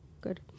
good